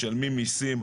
משלמים מסים,